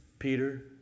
Peter